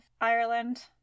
Ireland